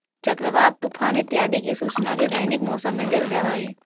चक्रवात, तूफान इत्यादि की सूचना भी दैनिक मौसम में देल जा हई